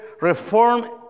reform